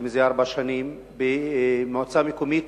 מזה ארבע שנים, ובמועצה מקומית